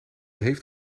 heeft